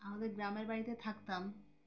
আমাদের গ্রামের বাড়িতে থাকতাম